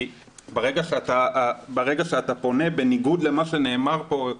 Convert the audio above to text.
כי ברגע שאתה פונה, בניגוד למה שנאמר פה,